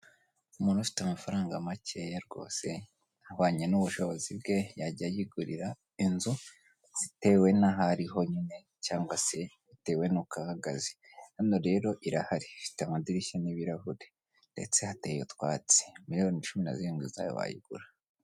Umuntu ufite amafaranga makeya rwose ahwanye n'ubushobozi bwe yajya yigurira inzu bitewe n'ahari ari ho nyine cyangwa se bitewe n'uko ahagaze, hano rero irahari ifite amadirishya n'ibirahure ndetse hateye utwatsi miliyoni cumi na zirindwi zawe wayigura.